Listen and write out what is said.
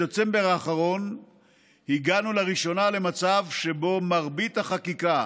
בדצמבר האחרון הגענו לראשונה למצב שבו מרבית החקיקה